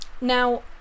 Now